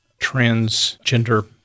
transgender